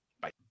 Bye